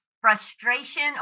frustration